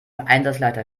einsatzleiter